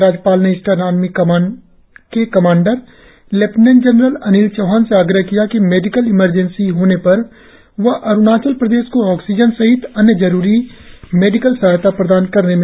राज्यपाल ने Eastern Army Command के commander lieutenant general Anil Chauhan से आग्रह किया कि मेडिकल इमरजेंसी होने पर वह अरुणाचल प्रदेश को ऑक्सीजन सहित अन्य जरुरी मेडिकल सहायता प्रदान करने में मदद करे